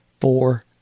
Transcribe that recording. four